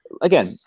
Again